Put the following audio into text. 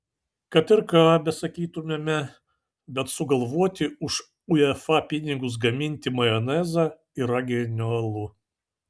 kad ir ką ir besakytumėme bet sugalvoti už uefa pinigus gaminti majonezą yra genialu